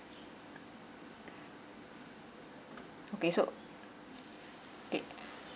okay so the